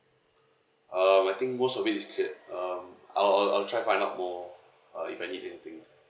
uh I think most of it is cleared um I'll I'll I'll try find out more uh if I need anything